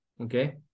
okay